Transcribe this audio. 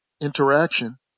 interaction